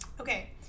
Okay